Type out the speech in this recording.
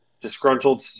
disgruntled